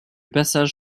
passage